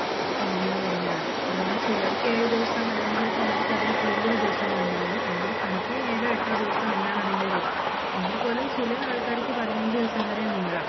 സമയങ്ങള് തന്നെയാണത് അതുപോലെ ചിലർക്ക് ഏഴ് ദിവസം അല്ലെങ്കിൽ ചിലർക്ക് അതിൽ കൂടുതൽ ദിവസങ്ങൾ ഉണ്ടാവും എങ്കിലും കണക്ക് ഏഴോ എട്ടോ ദിവസം എന്നാണ് അതിൻ്റെ ഒരിത് എങ്കിൽ പോലും ചില ആൾകാരിക്ക് പതിനഞ്ച് ദിവസം വരെ നീളാം